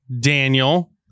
daniel